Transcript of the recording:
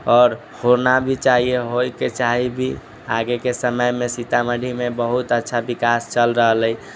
आओर होना भी चाहिए होइके चाही भी आगेके समयमे सीतामढ़ीमे बहुत अच्छा विकास चल रहल अइ